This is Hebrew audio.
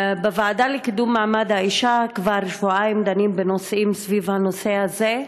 בוועדה לקידום מעמד האישה כבר שבועיים דנים בנושאים סביב הנושא הזה.